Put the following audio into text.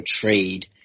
trade